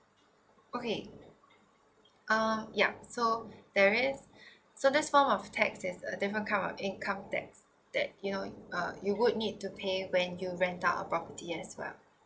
okay uh ya so there is so this form of tax is a different kind of income tax that you know uh you would need to pay when you rent out about it as well